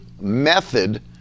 Method